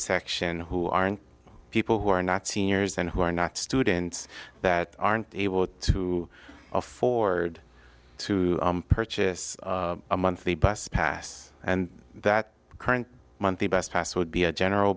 section who aren't people who are not seniors and who are not students that aren't able to afford to purchase a monthly bus pass and that current monthly bus pass would be a general